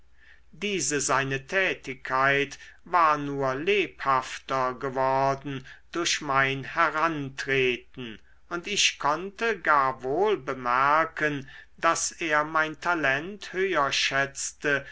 diese seine tätigkeit war nur lebhafter geworden durch mein herantreten und ich konnte gar wohl bemerken daß er mein talent höher schätzte